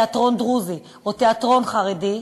תיאטרון דרוזי או תיאטרון חרדי,